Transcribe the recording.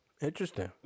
Interesting